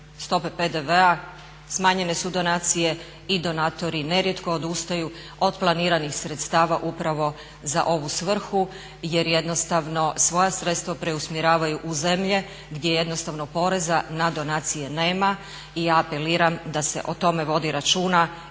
stope PDV-a smanjenje su donacije i donatori nerijetko odustaju od planiranih sredstava upravo za ovu svrhu jer jednostavno svoja sredstva preusmjeravaju u zemlje gdje jednostavno poreza na donacije nema. I ja apeliram da se o tome vodi računa